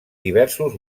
diversos